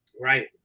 Right